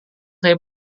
saya